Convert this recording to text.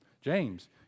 James